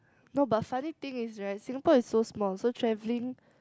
no but funny thing is right Singapore is so small so travelling